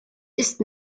ist